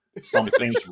something's